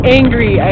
angry